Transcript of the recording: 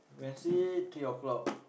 Wednesday three o-clock